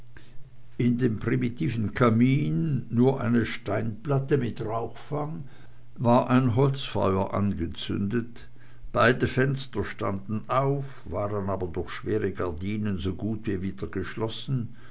in dem primitiven kamin nur eine steinplatte mit rauchfang war ein holzfeuer angezündet beide fenster standen auf waren aber durch schwere gardinen so gut wie wieder geschlossen